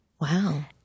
Wow